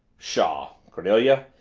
pshaw, cornelia,